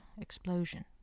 explosion